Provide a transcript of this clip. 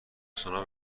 سونا